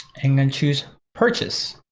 and then choose purchase.